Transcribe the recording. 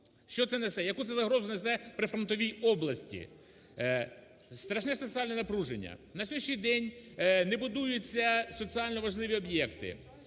Що це несе, яку це загрозу несе прифронтовій області? Страшне соціальне напруження. На сьогоднішній день не будуються соціально важливі об'єкти: